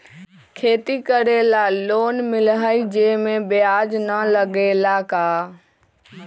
खेती करे ला लोन मिलहई जे में ब्याज न लगेला का?